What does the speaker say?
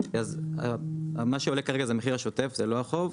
מה שעולה כרגע זה המחיר השוטף, זה לא החוב.